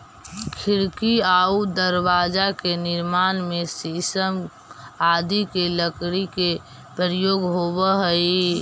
खिड़की आउ दरवाजा के निर्माण में शीशम आदि के लकड़ी के प्रयोग होवऽ हइ